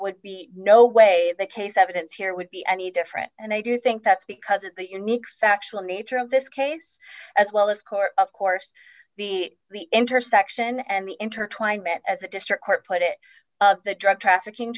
would be no way the case evidence here would be any different and i do think that's because at that unique factual nature of this case as well as court of course the intersection and the intertwined that as a district court put it that drug trafficking